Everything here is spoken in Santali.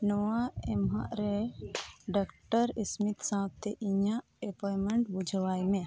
ᱱᱚᱣᱟ ᱮᱢᱟᱦᱟᱨᱮ ᱰᱚᱠᱴᱚᱨ ᱥᱢᱤᱛᱷ ᱥᱟᱶᱛᱮ ᱤᱧᱟᱹᱜ ᱮᱯᱚᱭᱮᱱᱴᱢᱮᱱᱴ ᱵᱩᱡᱷᱟᱹᱣᱟᱭᱢᱮ